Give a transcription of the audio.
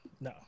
No